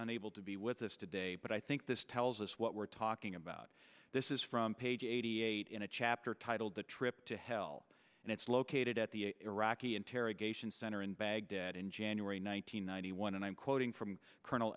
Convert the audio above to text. unable to be with us today but i think this tells us what we're talking about this is from page eighty eight in a chapter titled the trip to hell and it's located at the iraqi interrogation center in baghdad in january one thousand nine hundred one and i'm quoting from colonel